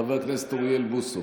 חבר הכנסת אוריאל בוסו,